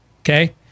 okay